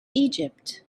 egypt